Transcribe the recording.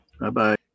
Bye-bye